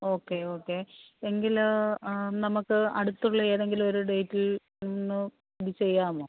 okay okay എങ്കിൽ നമുക്ക് അടുത്തുള്ള ഏതെങ്കിലും ഒരു ഡേറ്റിൽ ഒന്ന് ഇത് ചെയ്യാമോ